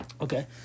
Okay